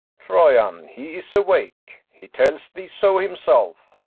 troyan, he is awake, he tells thee so himself.